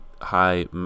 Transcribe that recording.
high